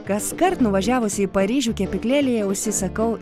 kaskart nuvažiavusi į paryžių kepyklėlėje užsisakau